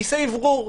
כיסא אוורור.